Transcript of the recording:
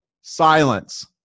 silence